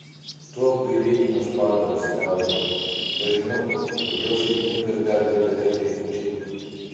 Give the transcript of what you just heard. tu apgailėtinas padaras eonai nežinau kodėl šeimininkas deda į tave tiek vilčių